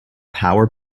power